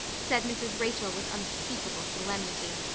said mrs. rachel with unspeakable solemnity.